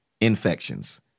infections